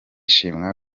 shima